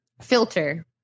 filter